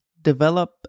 Develop